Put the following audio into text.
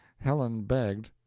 helen begged,